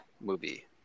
movie